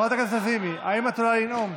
האם את עולה לנאום?